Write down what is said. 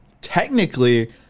Technically